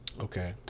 Okay